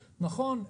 נכון,